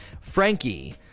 Frankie